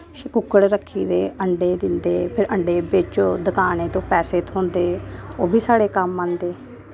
कुक्कड़ रक्खे दे अण्डे दिंदे फिर अण्डे बेच्चो दकानें तो पैसे थ्होंदे ओह् बी साढ़े कम्म आंदे